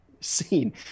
seen